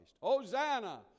Hosanna